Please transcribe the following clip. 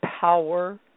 power